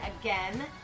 again